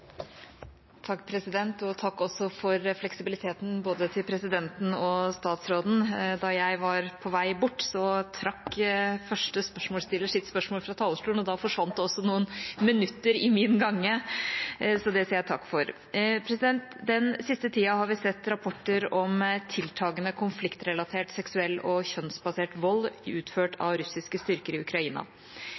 for fleksibiliteten til både presidenten og statsråden. Da jeg var på vei hit, trakk første spørsmålsstiller sitt spørsmål fra talerstolen, og da forvant også noen minutter i min gange. Mitt spørsmål er som følger: «Den siste tiden har vi sett rapporter om tiltakende konfliktrelatert seksualisert og kjønnsbasert vold utført av russiske styrker i Ukraina.